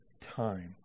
time